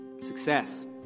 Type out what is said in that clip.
success